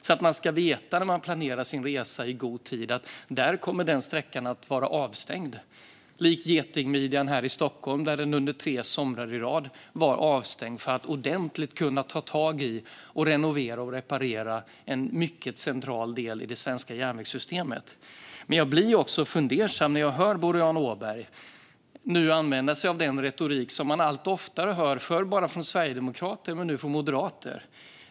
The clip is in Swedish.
När människor planerar sin resa i god ska de veta att en viss sträcka kommer att vara avstängd, som Getingmidjan här i Stockholm som var avstängd under tre somrar i rad för att man ordentligt skulle kunna ta tag i, renovera och reparera en mycket central del i det svenska järnvägssystemet. Jag blir fundersam när jag hör Boriana Åberg nu använda sig av den retorik som man allt oftare hör. Förr hörde man den bara från sverigedemokrater men nu även från moderater.